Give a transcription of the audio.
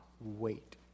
wait